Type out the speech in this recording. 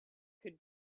could